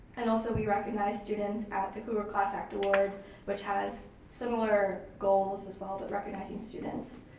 and also we recognize students at the kuru class act award which has similar goals as well, but recognizing students.